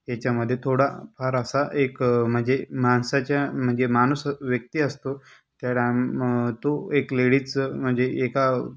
याच्यामधे थोडाफार असा एक म्हणजे माणसाच्या म्हणजे माणूस व्यक्ती असतो तर आम तो एक लेडीचं म्हणजे एका